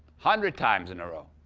hundred times in a row?